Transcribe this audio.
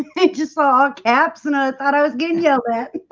did you saw caps and i thought i was getting yelled at